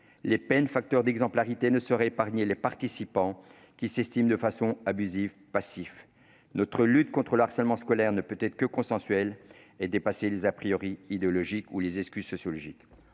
Les peines, facteurs d'exemplarité, ne sauraient épargner les participants qui, de manière abusive, s'estiment passifs. Notre lutte contre le harcèlement scolaire ne peut qu'être consensuelle, en dépassant les préjugés idéologiques et les excuses sociologiques.